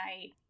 night